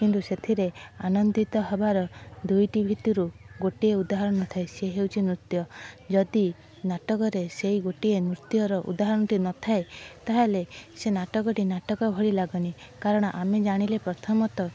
କିନ୍ତୁ ସେଥିରେ ଆନନ୍ଦିତ ହେବାର ଦୁଇଟି ଭିତରୁ ଗୋଟିଏ ଉଦାହରଣ ନଥାଏ ସେ ହେଉଛି ନୃତ୍ୟ ଯଦି ନାଟକରେ ସେଇ ଗୋଟିଏ ନୃତ୍ୟର ଉଦାହରଣଟି ନଥାଏ ତାହେଲେ ସେ ନାଟକଟି ନାଟକ ଭଳି ଲାଗେନି କାରଣ ଆମେ ଜାଣିଲେ ପ୍ରଥମତଃ